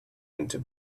into